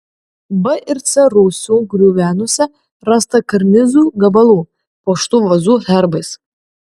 b ir c rūsių griuvenose rasta karnizų gabalų puoštų vazų herbais